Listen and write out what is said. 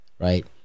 Right